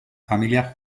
familia